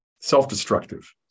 self-destructive